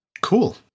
Cool